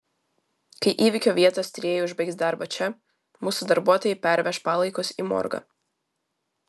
kai įvykio vietos tyrėjai užbaigs darbą čia mūsų darbuotojai perveš palaikus į morgą